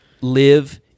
live